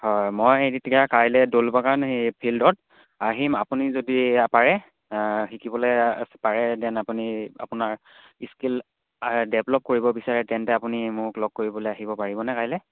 হয় মই এতিয়া কাইলৈ দ'লবাগান এই ফিল্ডত আহিম আপুনি যদি পাৰে শিকিবলৈ পাৰে দেন আপুনি আপোনাৰ স্কিল ডেভেলপ কৰিব বিচাৰে তেন্তে আপুনি মোক লগ কৰিবলৈ আহিব পাৰিবনে কাইলৈ